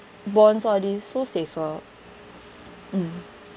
bonds all these so safer mm